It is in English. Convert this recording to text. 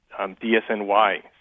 DSNY